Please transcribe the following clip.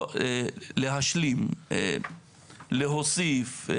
או להשלים, להוסיף,